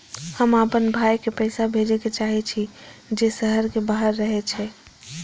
हम आपन भाई के पैसा भेजे के चाहि छी जे शहर के बाहर रहे छै